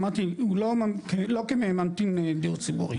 אמרתי הוא לא כממתין לדיור ציבורי.